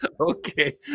Okay